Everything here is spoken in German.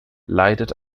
leidet